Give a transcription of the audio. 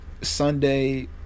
Sunday